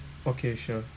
okay sure